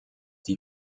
die